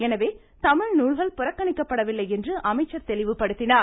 எனவே தமிழ் நூல்கள் புறக்கணிக்கப்படவில்லை என்று அமைச்சர் கூறினார்